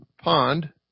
pond